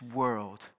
world